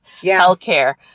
healthcare